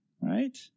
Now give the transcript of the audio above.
Right